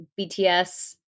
BTS